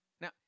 Now